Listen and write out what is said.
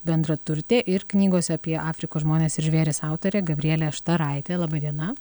bendraturtė ir knygose apie afrikos žmones ir žvėris autorė gabrielė štaraitė laba diena